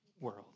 world